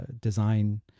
design